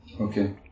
Okay